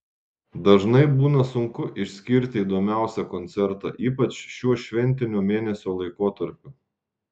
dažnai būna sunku išskirti įdomiausią koncertą ypač šiuo šventinio mėnesio laikotarpiu